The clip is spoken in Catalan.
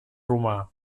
romà